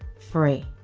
free.